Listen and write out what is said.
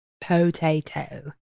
Potato